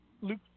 Luke